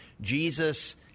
Jesus